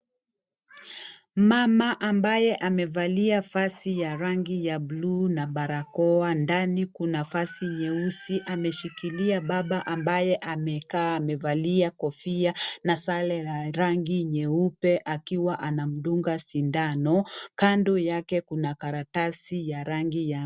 Mama ambaye amevalia vazi ya rangi ya buluu na barakoa. Ndani kuna vazi nyeusi. Ameshikilia baba ambaye amekaa amevalia kofia na sare ya rangi nyeupe, akiwa anamdunga sindano kando yake, kuna karatasi ya rangi ya...